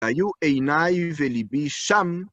היו עיניי וליבי שם